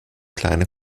kleine